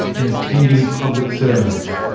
and attending public ceremonies.